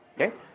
Okay